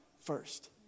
first